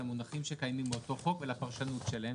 למונחים שקיימים באותו חוק ולפרשנות שלהם,